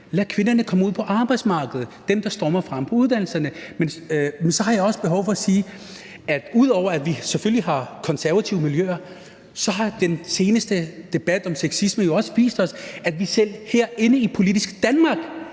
lad kvinderne komme ud på arbejdsmarkedet – dem, der stormer frem på uddannelserne. Men så har jeg også behov for at sige, at ud over at vi selvfølgelig har konservative miljøer, har den seneste debat om sexisme også vist os, at vi selv herinde i politiske Danmark